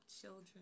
children